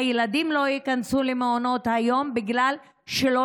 והילדים לא ייכנסו למעונות היום בגלל שלא